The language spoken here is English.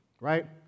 right